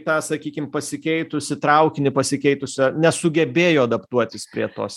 tą sakykim pasikeitusį traukinį pasikeitusią nesugebėjo adaptuotis prie tos